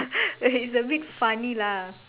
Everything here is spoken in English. okay is a bit funny lah